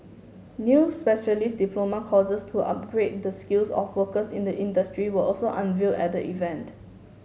new specialist diploma courses to upgrade the skills of workers in the industry were also unveil at the event